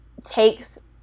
takes